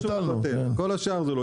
כל השאר לא.